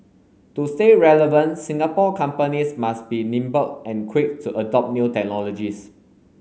to stay relevant Singapore companies must be nimble and quick to adopt new technologies